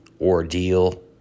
ordeal